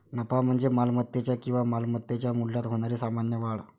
नफा म्हणजे मालमत्तेच्या किंवा मालमत्तेच्या मूल्यात होणारी सामान्य वाढ